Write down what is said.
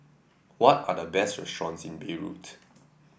what are the best restaurants in Beirut